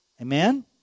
Amen